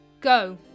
Go